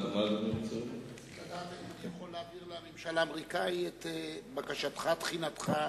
אני יכול להעביר לממשל האמריקני את בקשתך, תחינתך.